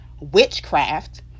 witchcraft